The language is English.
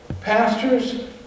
pastors